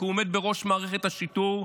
כי הוא עומד בראש מערכת השיטור,